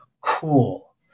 Cool